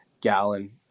Gallon